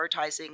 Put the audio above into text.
prioritizing